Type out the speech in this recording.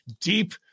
deep